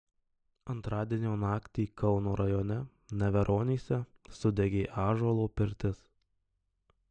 antradienio naktį kauno rajone neveronyse sudegė ąžuolo pirtis